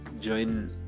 join